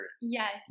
Yes